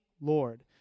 Lord